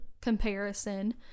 comparison